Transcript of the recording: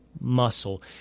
muscle